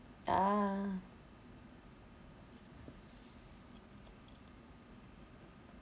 ah